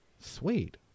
Sweet